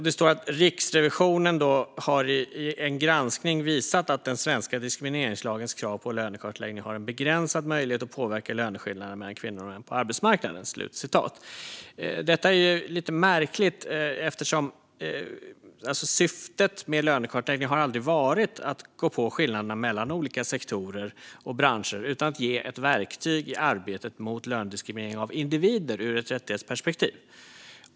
Det står: "Riksrevisionen har i en granskning visat att den svenska diskrimineringslagens krav på lönekartläggning har en begränsad möjlighet att påverka löneskillnaderna mellan kvinnor och män på arbetsmarknaden." Detta är lite märkligt. Syftet med lönekartläggningen har ju aldrig varit att gå på skillnaderna mellan olika sektorer och branscher utan att ge ett verktyg i arbetet mot lönediskriminering av individer ur ett rättighetsperspektiv.